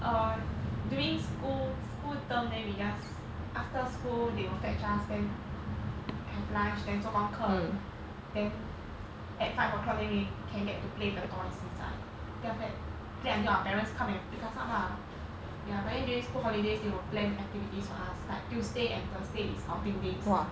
err during school school term leh we just after school they will fetch us then have lunch then 做功课 then at five o'clock then we can get to play the toys inside get play play until our parents come and pick us up lah but then during school holidays they will plan activities for us like tuesday and thursday is outing days